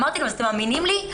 אמרתי להם: אתם מאמינים לי?